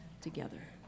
together